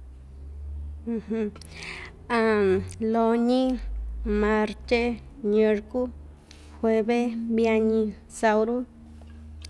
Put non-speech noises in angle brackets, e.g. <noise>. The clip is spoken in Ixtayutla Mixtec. <hesitation> loñi, martye, ñerku, jueve, viañi, sauru,